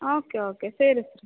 okay okay ಸೇರಿಸಿರಿ